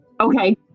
Okay